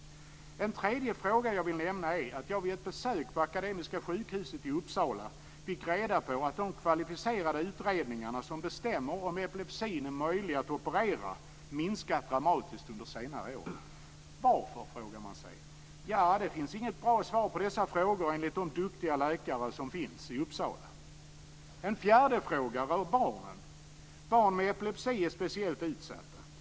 En tredje fråga som jag vill nämna är att jag vid ett besök på Akademiska sjukhuset i Uppsala fick reda på att de kvalificerade utredningarna som bestämmer om epilepsin är möjlig att operera minskat dramatiskt under senare år. Varför, frågar man sig. Det finns inget bra svar på frågan enligt de duktiga läkare som finns i Uppsala. En fjärde fråga rör barnen. Barn med epilepsi är speciellt utsatta.